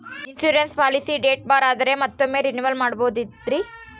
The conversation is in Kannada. ಇನ್ಸೂರೆನ್ಸ್ ಪಾಲಿಸಿ ಡೇಟ್ ಬಾರ್ ಆದರೆ ಮತ್ತೊಮ್ಮೆ ರಿನಿವಲ್ ಮಾಡಬಹುದ್ರಿ?